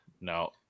No